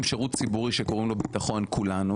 שירות ציבורי שקוראים לו ביטחון כולנו,